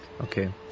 Okay